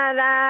da